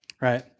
Right